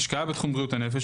השקעה בתחום בריאות הנפש,